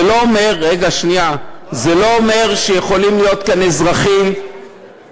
זה לא אומר שלא יכולים להיות כאן אזרחים אחרים,